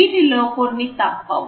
వీటిలో కొన్ని తప్పవు